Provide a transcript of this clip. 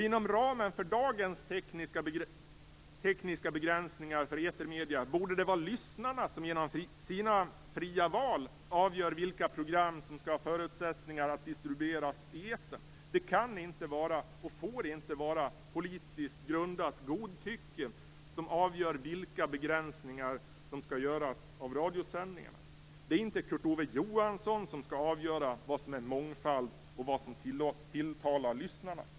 Inom ramen för dagens tekniska begränsningar för etermedier borde det vara lyssnarna som genom sina fria val avgör vilka program som skall ha förutsättningar att distribueras i etern. Det kan inte vara, och får inte vara, politiskt grundat godtycke som avgör vilka begränsningar som skall göras av radiosändningarna. Det är inte Kurt Ove Johansson som skall avgöra vad som är mångfald och vad som tilltalar lyssnarna.